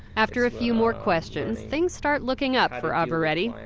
after a few more questions, things start looking up for ah abbareddy.